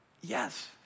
Yes